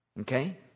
Okay